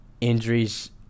injuries